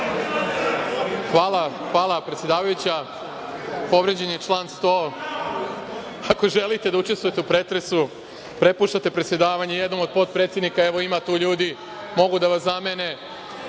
Hvala, predsedavajuća. Povređen je član 100. Ako želite da učestvujete u pretresu prepuštate predsedavanje jednom od potpredsednika. Evo, ima tu ljudi, mogu da vas zamene.